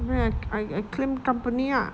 anyway I I I claim company lah